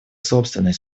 собственной